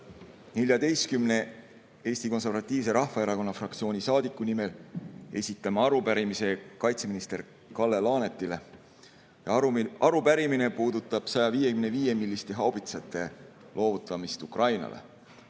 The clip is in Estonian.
Eesti Konservatiivse Rahvaerakonna fraktsiooni 14 saadiku nimel esitame arupärimise kaitseminister Kalle Laanetile. Arupärimine puudutab 155‑milliste haubitsate loovutamist Ukrainale.